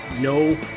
no